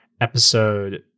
episode